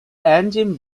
engine